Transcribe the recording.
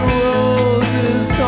roses